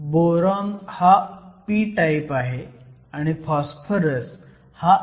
boron हा p type आहे आणि फॉस्फरस हा n टाईप आहे